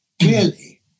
Clearly